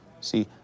See